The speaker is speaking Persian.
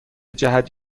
جهت